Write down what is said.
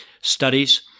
studies